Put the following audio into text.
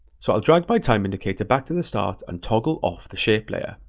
so i'll drag my time indicator back to the start and toggle off the shape layer.